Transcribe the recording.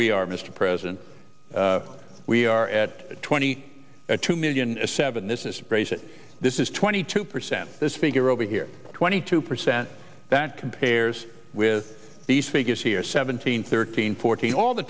we are mr president we are at twenty two million a seven this is great that this is twenty two percent this figure over here twenty two percent that compares with these figures here seventeen thirteen fourteen all the